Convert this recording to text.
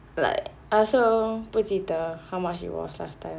like I also 不记得 how much it was last time